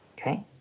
Okay